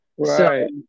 Right